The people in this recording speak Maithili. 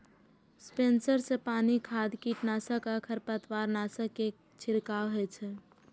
स्प्रेयर सं पानि, खाद, कीटनाशक आ खरपतवारनाशक के छिड़काव होइ छै